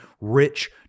rich